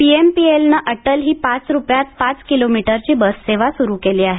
पीएमपीएलन अटल ही पाच रुपयांत पाच किलोमीटरची बस सेवा सुरू केली आहे